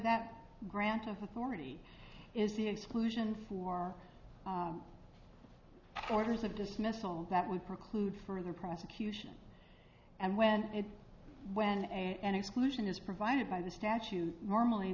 that grant of authority is the exclusion for orders of dismissal that would preclude further prosecution and when it when an exclusion is provided by the statute normally